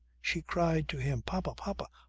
she cried to him papa! papa!